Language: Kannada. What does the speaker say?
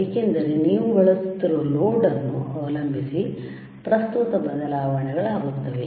ಏಕೆಂದರೆ ನೀವು ಬಳಸುತ್ತಿರುವ ಲೋಡ್ ಅನ್ನು ಅವಲಂಬಿಸಿ ಪ್ರಸ್ತುತ ಬದಲಾವಣೆಗಳಾಗುತ್ತವೆ